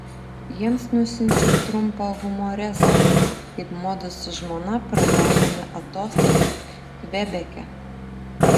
jiems nusiunčiau trumpą humoreską kaip mudu su žmona praleidome atostogas kvebeke